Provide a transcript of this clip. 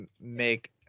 make